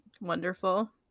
wonderful